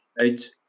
eight